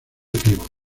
pívot